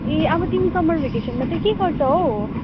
ए अब तिमी समर भ्याकेसनमा त्यही के गर्छ हौ